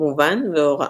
מובן והוראה.